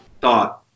thought